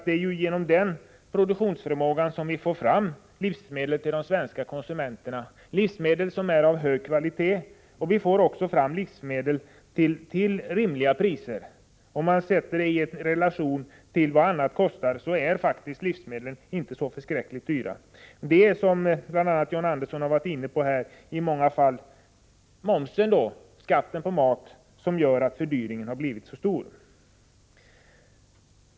Det är ju genom den produktionsförmågan som vi får fram livsmedel till de svenska konsumenterna — livsmedel som är av hög kvalitet och som kan säljas till rimliga priser. Om man sätter livsmedelprisernai relation till övriga priser, så framgår det faktiskt att livsmedlen inte är så förfärligt dyra. Det är — som bl.a. John Andersson varit inne på —-i många fall momsen, skatten på mat, som gör att det blir en så stor fördyring.